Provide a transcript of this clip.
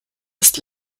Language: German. ist